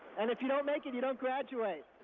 and if you don't make it, you don't graduate.